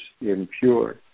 impure